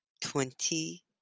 twenty